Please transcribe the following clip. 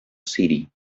city